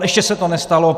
Ještě se to nestalo.